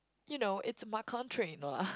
you know it's my country no lah